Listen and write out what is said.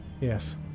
Yes